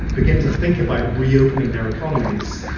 begin to think about reopening their economies,